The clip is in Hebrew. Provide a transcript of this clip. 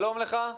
שלום לך.